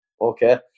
Okay